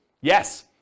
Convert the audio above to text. Yes